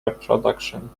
reproduction